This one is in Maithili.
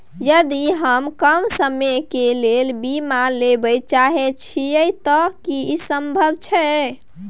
यदि हम कम समय के लेल बीमा लेबे चाहे छिये त की इ संभव छै?